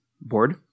board